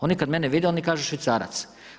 Oni kada mene vide oni kažu švicarac.